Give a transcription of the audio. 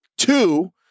Two